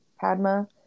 Padma